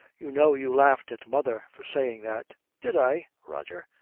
you know you laughed at mother for saying that did i? roger,